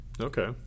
Okay